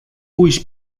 ulls